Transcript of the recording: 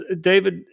David